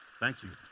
thank you.